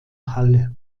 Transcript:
halle